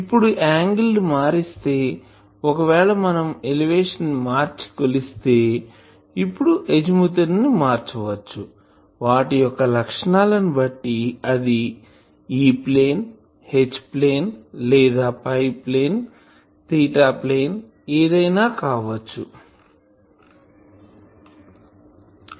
ఇప్పుడు యాంగిల్ ని మారిస్తే ఒకవేళ మనం ఎలివేషన్ ని మార్చి కొలిస్తే ఇప్పుడు అజిముత్ ని మార్చవచ్చు వాటి యొక్క లక్షణాల బట్టి అది E ప్లేన్ H ప్లేన్ లేదా పై ప్లేన్ తీటా ప్లేన్ ఏదైనా కావచ్చు